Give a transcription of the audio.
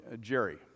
Jerry